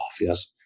Yes